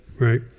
right